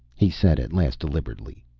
he said at last deliberately,